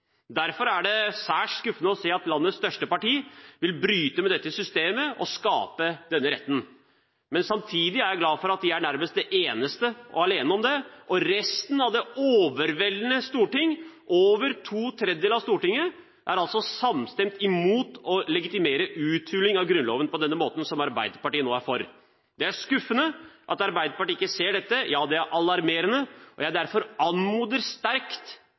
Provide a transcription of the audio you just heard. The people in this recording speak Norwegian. Derfor er det særs skuffende å se at landets største parti vil bryte med dette systemet og skape denne retten, men samtidig er jeg glad for at de nærmest er de eneste og nesten alene om det. Resten av det overveldende flertallet på Stortinget – over to tredjedeler av Stortinget – er altså samstemt imot å legitimere uthuling av Grunnloven på denne måten som Arbeiderpartiet nå er for. Det er skuffende at Arbeiderpartiet ikke ser dette – ja, det er alarmerende. Jeg anmoder derfor sterkt